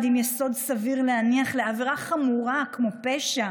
עם יסוד סביר להניח עבירה חמורה כמו פשע